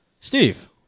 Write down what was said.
Steve